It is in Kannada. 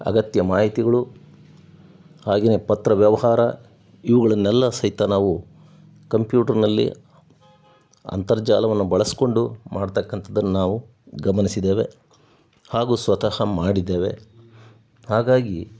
ಅಗತ್ಯ ಮಾಹಿತಿಗಳು ಹಾಗೆನೇ ಪತ್ರ ವ್ಯವಹಾರ ಇವುಗಳನ್ನೆಲ್ಲ ಸಹಿತ ನಾವು ಕಂಪ್ಯೂಟರ್ನಲ್ಲಿ ಅಂತರ್ಜಾಲವನ್ನು ಬಳಸಿಕೊಂಡು ಮಾಡ್ತಕ್ಕಂಥದ್ದನ್ನು ನಾವು ಗಮನಿಸಿದ್ದೇವೆ ಹಾಗೂ ಸ್ವತಃ ಮಾಡಿದ್ದೇವೆ ಹಾಗಾಗಿ